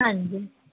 ਹਾਂਜੀ